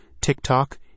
TikTok